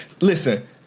Listen